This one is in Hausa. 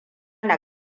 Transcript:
na